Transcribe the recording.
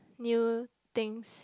new things